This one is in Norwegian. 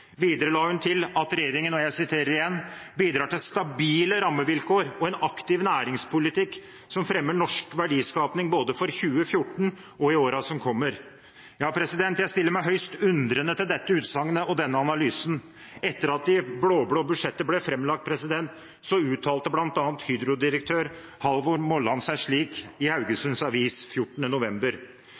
Videre la hun til at regjeringen «bidrar til stabile rammevilkår og en aktiv næringspolitikk som fremmer norsk verdiskaping både for 2014 og i årene som kommer». Jeg stiller meg høyst undrende til dette utsagnet og denne analysen. Etter at det blå-blå budsjettet ble framlagt, uttalte bl.a. Hydro-direktør Halvor Molland seg slik i Haugesunds Avis 14. november: